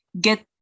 get